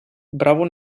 bravo